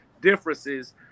differences